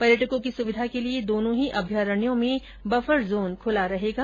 पर्यटकों की सुविधा के लिये दोनों ही अभ्यारण्यों में बफर जोन खुला रहेगा